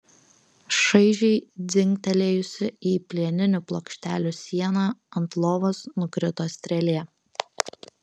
šaižiai dzingtelėjusi į plieninių plokštelių sieną ant lovos nukrito strėlė